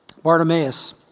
Bartimaeus